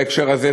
בהקשר הזה,